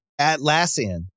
Atlassian